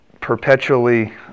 perpetually